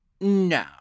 No